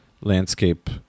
landscape